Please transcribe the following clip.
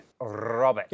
Robert